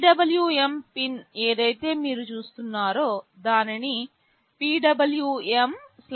PWM pin ఏదైతే మీరు చూస్తున్నారో దానిని PWM D3 అని వ్రాస్తారు